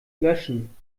löschen